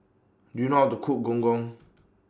Do YOU know How to Cook Gong Gong